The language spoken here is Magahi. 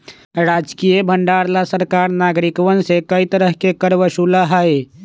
राजकीय भंडार ला सरकार नागरिकवन से कई तरह के कर वसूला हई